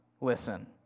listen